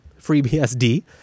FreeBSD